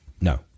No